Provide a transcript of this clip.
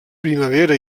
primavera